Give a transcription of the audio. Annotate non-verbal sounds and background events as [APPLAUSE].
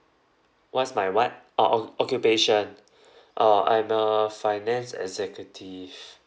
what's my what orh oc~ occupation [BREATH] uh I'm a finance executive